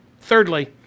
Thirdly